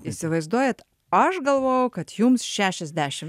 įsivaizduojat aš galvoju kad jums šešiasdešim